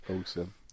awesome